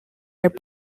are